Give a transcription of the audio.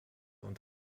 und